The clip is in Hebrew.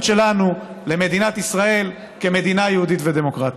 שלנו למדינת ישראל כמדינה יהודית ודמוקרטית.